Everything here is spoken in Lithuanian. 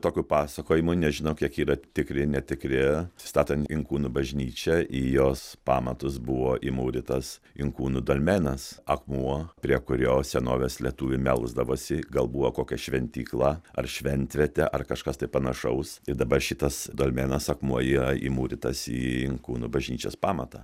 tokių pasakojimų nežinau kiek yra tikri netikri statant inkūnų bažnyčią į jos pamatus buvo įmūrytas inkūnų dolmenas akmuo prie kurio senovės lietuviai melsdavosi gal buvo kokia šventykla ar šventviete ar kažkas tai panašaus ir dabar šitas dolmenas akmuo yra įmūrytas į inkūnų bažnyčios pamatą